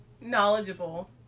knowledgeable